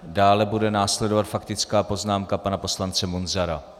Dále bude následovat faktická poznámka pana poslance Munzara.